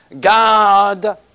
God